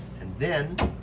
and then